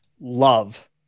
love